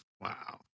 Wow